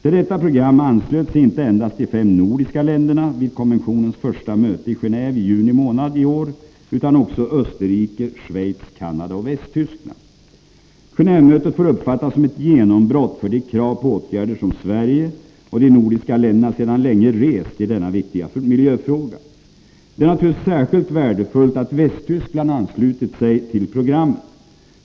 Till detta program anslöt sig inte endast de fem nordiska länderna vid konventionens första möte i Gen&ve i juni månad utan också Österrike, Schweiz, Canada och Västtyskland. Gen&vemötet får uppfattas som ett genombrott för de krav på åtgärder som Sverige och de nordiska länderna sedan länge rest i denna viktiga miljöfråga. Det är naturligtvis särskilt värdefullt att Västtyskland anslutit sig till programmet.